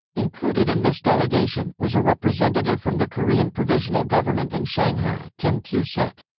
included in this delegation, was a representative from the korean provisional government in shanghai, kim kyu-sik.